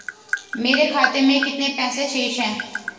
मेरे खाते में कितने पैसे शेष हैं?